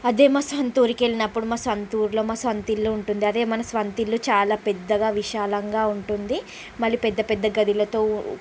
అదే మా సొంతూరికి వెళ్ళినపుడు మన సొంతూరులో మన సొంతిల్లు ఉంటుంది అదే మన సొంతిల్లు చాలా పెద్దగా విశాలంగా ఉంటుంది మళ్ళీ పెద్ద పెద్ద గదులతో